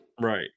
Right